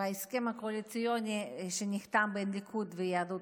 בהסכם הקואליציוני שנחתם בין הליכוד ליהדות